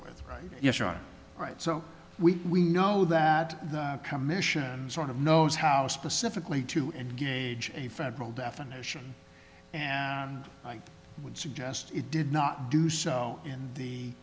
with right yes you're right so we know that the commission sort of knows how specifically to engage a federal definition and i would suggest it did not do so in